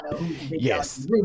Yes